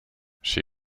she